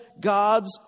God's